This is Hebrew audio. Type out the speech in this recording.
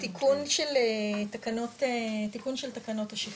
תיקון של תקנות השכרות.